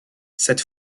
cette